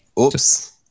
oops